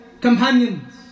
companions